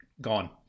gone